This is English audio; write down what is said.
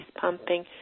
pumping